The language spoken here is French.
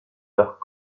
leurs